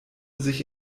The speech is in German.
sich